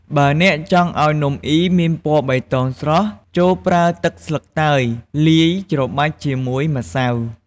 បើអ្នកចង់ឱ្យនំអុីមានពណ៌បៃតងស្រស់ ចូរប្រើទឹកស្លឹកតើយលាយច្របាច់ជាមួយម្សៅ។